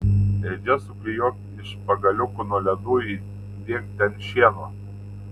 ėdžias suklijuok iš pagaliukų nuo ledų įdėk ten šieno